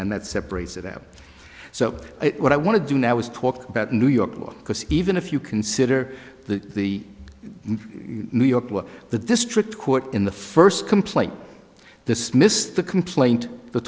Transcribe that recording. and that separated them so what i want to do now is talk about new york law because even if you consider the the new york law the district court in the first complaint dismissed the complaint the